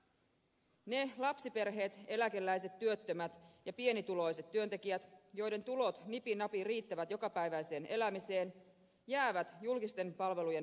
ne lapsiperheet eläkeläiset työttömät ja pienituloiset työntekijät joiden tulot nipin napin riittävät jokapäiväiseen elämiseen jäävät julkisten palvelujen varaan